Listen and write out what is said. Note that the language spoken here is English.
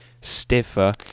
stiffer